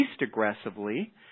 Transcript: aggressively